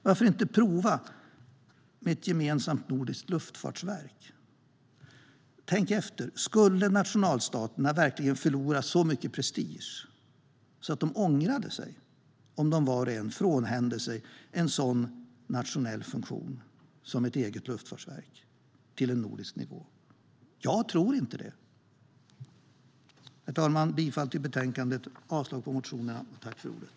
Varför inte prova med ett gemensamt nordiskt luftfartsverk? Tänk efter! Skulle nationalstaterna verkligen förlora mycket prestige och ångra sig om de var och en skulle överlåta en sådan nationell funktion - ett eget luftfartsverk - till en nordisk nivå? Jag tror inte det. Herr talman! Jag yrkar bifall till utskottets förslag i betänkandet och avslag på motionerna.